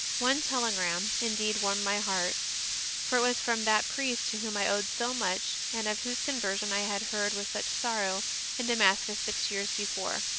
one telegram indeed warmed my heart for it was from that priest to whom i owed so much and of whose conversion i had heard with such sorrow in damascus six years before.